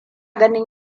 ganin